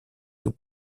του